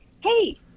hey